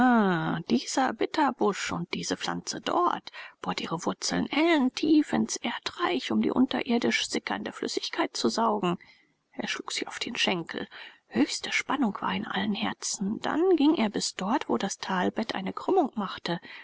dieser bitterbusch und diese pflanze dort bohrt ihre wurzeln ellentief ins erdreich um die unterirdisch sickernde flüssigkeit zu saugen er schlug sich auf den schenkel höchste spannung war in allen herzen dann ging er bis dort wo das talbett eine krümmung machte